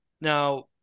Now